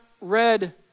read